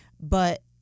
But-